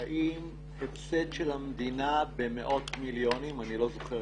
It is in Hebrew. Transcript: האם נגרם הפסד של המדינה במאות מיליוני שקלים אני לא זוכר